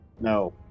no